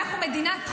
אנחנו מדינת חוק.